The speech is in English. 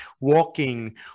walking